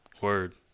Word